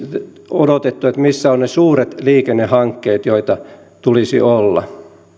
odotettu että missä ovat ne suuret liikennehankkeet joita tulisi olla